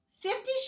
Fifty